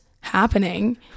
happening